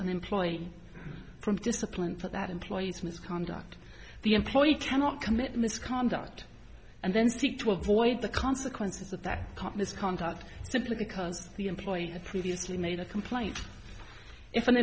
employee from discipline for that employee's misconduct the employee cannot commit misconduct and then seek to avoid the consequences of that misconduct simply because the employer previously made a complaint if an